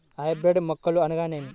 Hybrid మొక్కలు అనగానేమి?